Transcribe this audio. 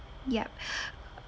yup